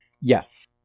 Yes